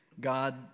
God